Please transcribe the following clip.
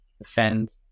offend